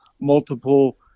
multiple